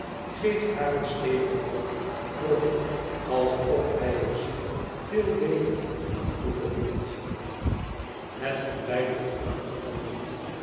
geeft haar een steviger ruk alsof hij er zich nu veel beter aan toe gevoelt het ontbijt wordt aangekondigd